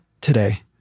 today